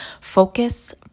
focus